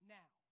now